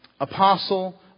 apostle